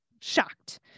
shocked